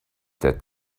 that